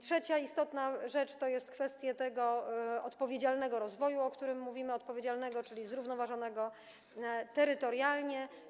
Trzecia istotna rzecz to jest kwestia odpowiedzialnego rozwoju, o którym mówimy, odpowiedzialnego, czyli zrównoważonego terytorialnie.